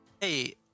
Hey